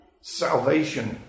salvation